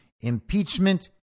impeachment